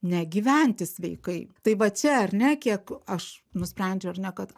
negyventi sveikai tai va čia ar ne kiek aš nusprendžiu ar ne kad